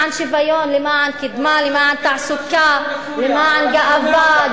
למען שוויון, למען קדמה, למען תעסוקה, למען גאווה.